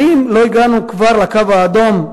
האם לא הגענו כבר לקו האדום,